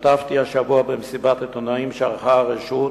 השתתפתי השבוע במסיבת עיתונאים שערכה הרשות,